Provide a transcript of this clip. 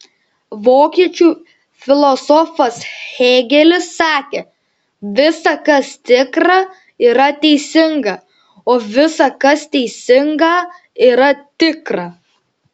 vokiečių filosofas hėgelis sakė visa kas tikra yra teisinga o visa kas teisinga yra tikra